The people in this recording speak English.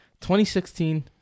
2016